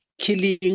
killing